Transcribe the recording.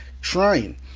trying